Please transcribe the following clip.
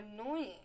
annoying